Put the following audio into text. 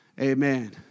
Amen